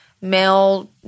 male